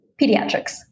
pediatrics